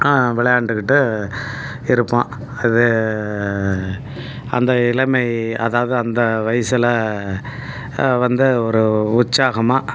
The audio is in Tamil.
விளையாண்டுக்கிட்டு இருப்போம் அது அந்த இளமை அதாவது அந்த வயசில் வந்து ஒரு உற்சாகமாக